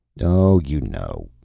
oh, you know.